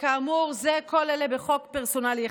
הנורבגי, שזה חוק גלית דיסטל אטבריאן,